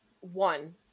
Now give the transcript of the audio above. one